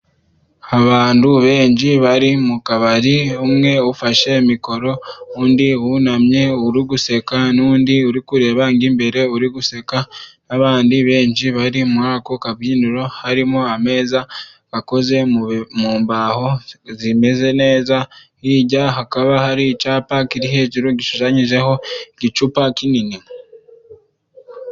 Abantu benshi bari mu kabari umwe ufashe mikoro undi wunamye uri guseka n'undi uri kureba nk'imbere uri guseka nabandi benshi bari muri ako kabyiniro. Harimo ameza akoze mu mbaho zimeze neza hirya hakaba hari icyapa kiri hejuru gishushanyijeho igicupa kinini.